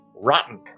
Rotten